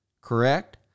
Correct